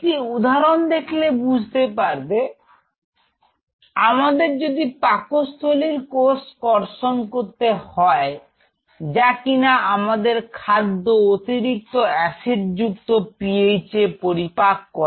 একটি উদাহরণ দেখলে বুঝতে পারবে আমাদের যদি পাকস্থলীর কোষ কর্ষণ করতে হয় যা কিনা আমাদের খাদ্য অতিরিক্ত অ্যাসিড যুক্ত পিএইচএ পরিপাক করে